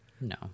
no